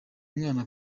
mwana